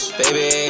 baby